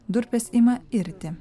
durpės ima irti